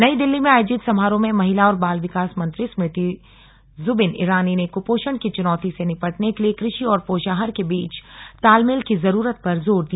नई दिल्ली में आयोजित समारोह में महिला और बाल विकास मंत्री स्मृति जुबिन इरानी ने कुपोषण की चुनौती से निपटने के लिए कृषि और पोषाहार के बीच तालमेल की जरूरत पर जोर दिया